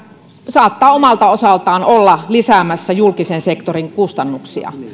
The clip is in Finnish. saattaa omalta osaltaan olla lisäämässä julkisen sektorin kustannuksia